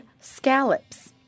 scallops